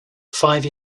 five